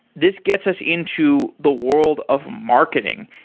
this gets us into the world of marketing.